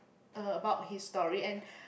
uh about his story and